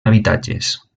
habitatges